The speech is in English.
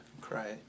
cry